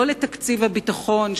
לא לתקציב הביטחון,